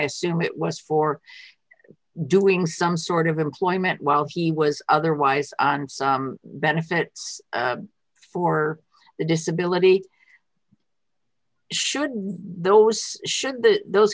assume it was for doing some sort of employment while he was otherwise on some benefits for the disability should those should the those